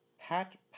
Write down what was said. Pat